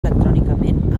electrònicament